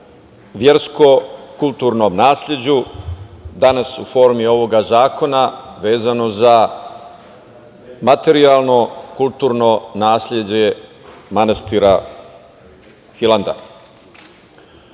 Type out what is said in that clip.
versko-kulturnom nasleđu, danas u formi ovog zakona vezano za materijalno, kulturno nasleđe manastira Hilandar. Ovo